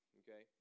okay